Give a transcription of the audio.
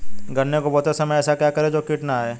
गन्ने को बोते समय ऐसा क्या करें जो कीट न आयें?